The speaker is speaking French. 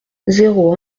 zéro